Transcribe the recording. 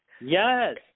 Yes